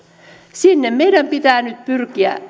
sinne meidän pitää nyt pyrkiä